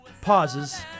pauses